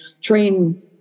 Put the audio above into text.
train